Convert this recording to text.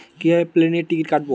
কিভাবে প্লেনের টিকিট কাটব?